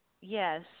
yes